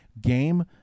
game